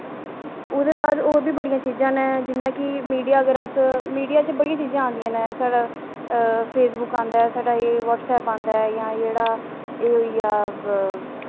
ओह्दे बाद होर बी बड़ियां चीज़ां न जि'यां कि मीडिया अगर अस मीडिया च बड़ियां चीजां आंदियां न साढ़ै फेसबुक आंदा ऐ साढ़ा ब्हटसैप आंदा जां जेह्ड़ा एह् होई गेआ